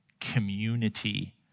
community